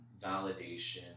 validation